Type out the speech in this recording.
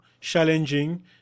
challenging